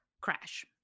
crash